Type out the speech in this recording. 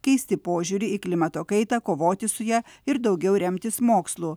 keisti požiūrį į klimato kaitą kovoti su ja ir daugiau remtis mokslu